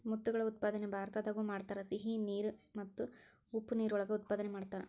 ಮುತ್ತುಗಳ ಉತ್ಪಾದನೆ ಭಾರತದಾಗು ಮಾಡತಾರ, ಸಿಹಿ ನೇರ ಮತ್ತ ಉಪ್ಪ ನೇರ ಒಳಗ ಉತ್ಪಾದನೆ ಮಾಡತಾರ